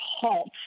halt